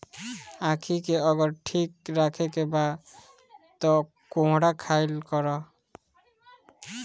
आंखी के अगर ठीक राखे के बा तअ कोहड़ा खाइल करअ